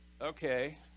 okay